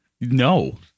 no